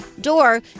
door